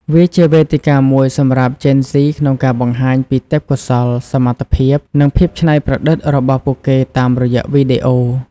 វាជាវេទិកាមួយសម្រាប់ជេនហ្ស៊ីក្នុងការបង្ហាញពីទេពកោសល្យ សមត្ថភាព និងភាពច្នៃប្រឌិតរបស់ពួកគេតាមរយៈវីដេអូ។